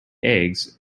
eggs